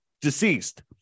deceased